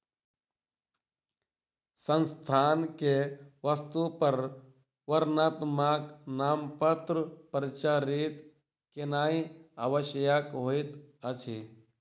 संस्थान के वस्तु पर वर्णात्मक नामपत्र प्रचारित केनाई आवश्यक होइत अछि